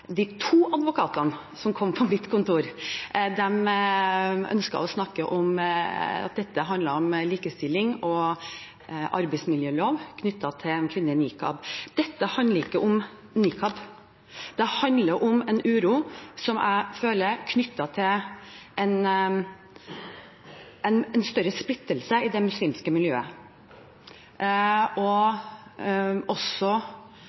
De to advokatene som kom til mitt kontor, ønsket å snakke om at dette handlet om likestilling og arbeidsmiljølov knyttet til en kvinne i nikab. Dette handler ikke om nikab, det handler om en uro som jeg føler knyttet til en større splittelse i det muslimske miljøet og også